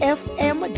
fm